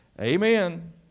Amen